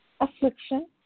affliction